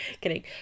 kidding